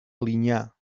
alinyà